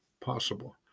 possible